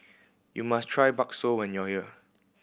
you must try bakso when you are here